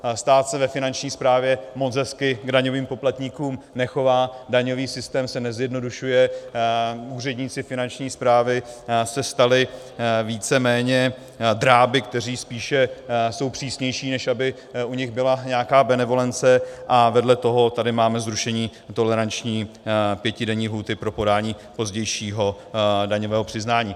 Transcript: Ale stát se ve Finanční správě moc hezky k daňovým poplatníkům nechová, daňový systém se nezjednodušuje, úředníci Finanční správy se stali víceméně dráby, kteří spíše jsou přísnější, než aby u nich byla nějaká benevolence, a vedle toho tady máme zrušení toleranční pětidenní lhůty pro podání pozdějšího daňového přiznání.